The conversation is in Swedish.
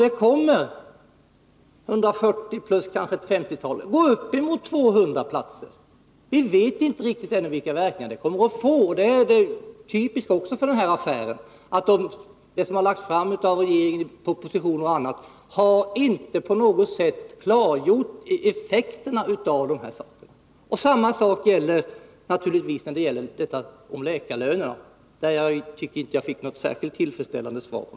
Det rör sig om 140 vårdplatser plus kanske ett 50-tal, alltså uppemot 200 platser. Ännu vet vi inte riktigt vilka verkningar detta kommer att få. Det är typiskt för den här affären att effekterna av de förslag som lagts fram av regeringen i propositioner och på annat sätt inte har klargjorts. Samma sak gäller naturligtvis frågan om läkarlönerna, där jag inte heller tycker att jag fick något tillfredsställande svar.